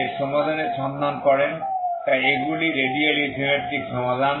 এ সমাধানের সন্ধান করেন তাই এগুলি রেডিয়ালি সিমেট্রিক সমাধান